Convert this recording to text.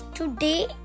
Today